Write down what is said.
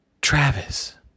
Travis